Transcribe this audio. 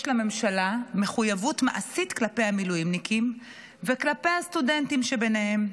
יש לממשלה מחויבות מעשית כלפי המילואימניקים וכלפי הסטודנטים שביניהם.